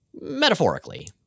Metaphorically